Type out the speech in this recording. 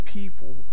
people